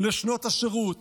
לשנות השירות,